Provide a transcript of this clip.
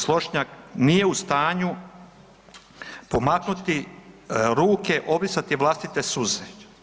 Slošnjak nije u stanju pomaknuti ruke, obrisati vlastite suze.